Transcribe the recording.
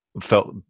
felt